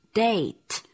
date